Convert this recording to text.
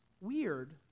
weird